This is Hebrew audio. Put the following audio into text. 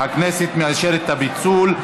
הכנסת מאשרת את הפיצול.